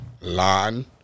land